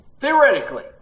theoretically